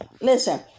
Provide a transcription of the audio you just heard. Listen